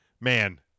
man